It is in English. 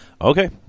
Okay